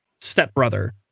stepbrother